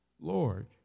Lord